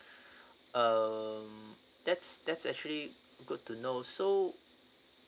um that's that's actually good to know so